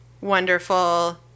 wonderful